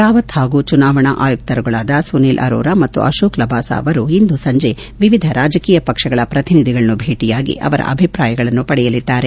ರಾವತ್ ಹಾಗೂ ಚುನಾವಣಾ ಆಯುಕ್ತರುಗಳಾದ ಸುನೀಲ್ ಅರೋರಾ ಮತ್ತು ಅಶೋಕ್ ಲಬಾಸ ಅವರು ಇಂದು ಸಂಜೆ ವಿವಿಧ ರಾಜಕೀಯ ಪಕ್ಷಗಳ ಪ್ರತಿನಿಧಿಗಳನ್ನು ಭೇಟಿಯಾಗಿ ಅವರ ಅಭಿಪ್ರಾಯಗಳನ್ನು ಪಡೆಯಲಿದ್ದಾರೆ